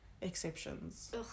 exceptions